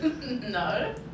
No